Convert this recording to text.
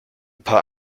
paar